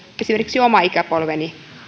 esimerkiksi oma ikäpolveni